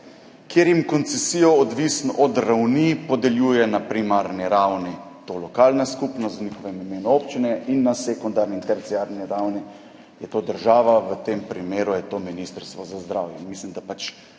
kjer jim koncesijo, odvisno od ravni, podeljuje na primarni ravni lokalna skupnost, v njihovem imenu občine, in na sekundarni in terciarni ravni je to država, v tem primeru je to Ministrstvo za zdravje.